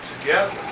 together